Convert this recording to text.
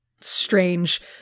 strange